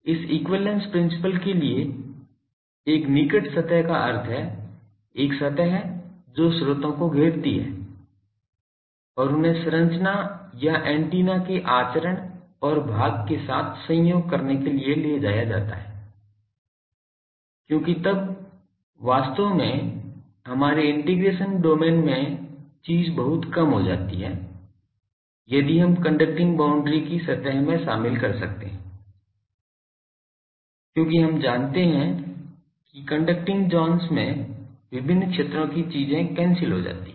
इस equivalence principle के लिए एक निकट सतह का अर्थ है एक सतह जो स्रोतों को घेरती है और उन्हें संरचना या एंटीना के आचरण और भाग के साथ संयोग करने के लिए ले जाया जाता है क्योंकि तब वास्तव में हमारे इंटीग्रेशन डोमेन में चीज़ बहुत कम हो जाती है यदि हम कंडक्टिंग बाउंड्री की सतह में शामिल कर सकते हैं क्योंकि हम जानते हैं कि कंडक्टिंग ज़ोन्स में विभिन्न क्षेत्रों की चीजें रद्द हो जाती हैं